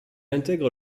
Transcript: intègre